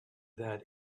that